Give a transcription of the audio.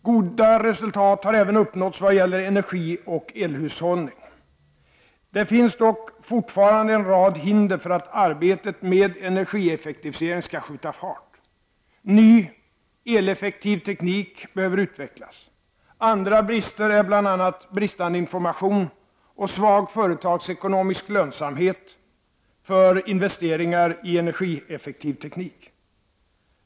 Goda resultat har även uppnåtts vad gäller energioch elhushållning. Det finns dock fortfarande en rad hinder för att arbetet med energieffektivisering skall skjuta fart. Ny eleffektiv teknik behöver utvecklas. Andra brister är bl.a. bristande information och svag företagsekonomisk lönsamhet för investeringar i energieffektiv teknik.